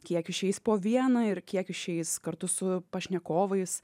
kiek išeis po vieną ir kiek išeis kartu su pašnekovais